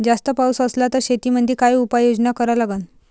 जास्त पाऊस असला त शेतीमंदी काय उपाययोजना करा लागन?